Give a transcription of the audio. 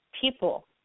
people